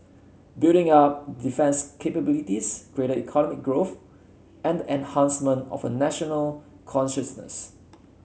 building up defence capabilities greater economic growth and the enhancement of a national consciousness